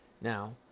now